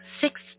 six